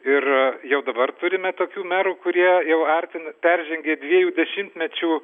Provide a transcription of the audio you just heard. ir jau dabar turime tokių merų kurie jau artina peržengė dviejų dešimtmečių